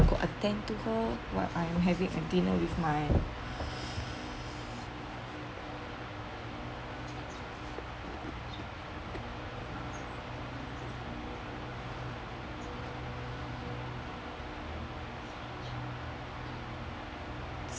could attend to her what I'm having a dinner with my